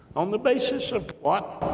on the basis of what?